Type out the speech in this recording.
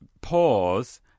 Pause